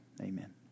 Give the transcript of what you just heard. Amen